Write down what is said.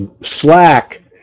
Slack